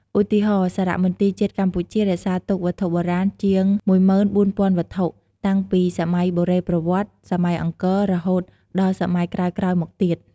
ឧទាហរណ៍ សារមន្ទីរជាតិកម្ពុជា រក្សាទុកវត្ថុបុរាណជាង ១៤,០០០ វត្ថុ តាំងពីសម័យបុរេប្រវត្តិ សម័យអង្គរ រហូតដល់សម័យក្រោយៗមកទៀត។